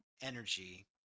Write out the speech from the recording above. energy